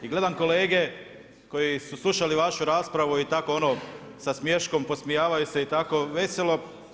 I gledam kolege koji su slušali vašu raspravu i tako ono sa smiješkom podsmjehavaju se i tako veselo.